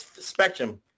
Spectrum